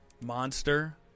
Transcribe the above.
monster